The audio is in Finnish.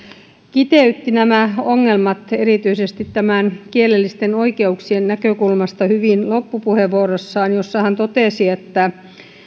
kiteytti nämä ongelmat erityisesti kielellisten oikeuksien näkökulmasta hyvin loppupuheenvuorossaan jossa hän totesi